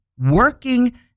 working